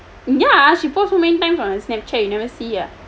ya she post so many times [what] snapchat you never see ah